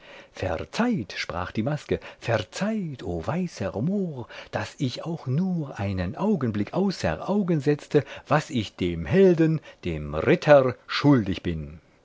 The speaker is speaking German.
verzeiht sprach die maske verzeiht o weißer mohr daß ich auch nur einen augenblick außer augen setzte was ich dem helden dem ritter schuldig bin